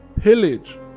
pillage